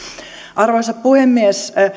arvoisa puhemies